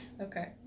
Okay